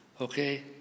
Okay